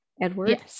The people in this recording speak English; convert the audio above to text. edward